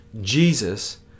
Jesus